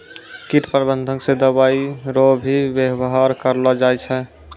कीट प्रबंधक मे दवाइ रो भी वेवहार करलो जाय छै